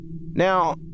Now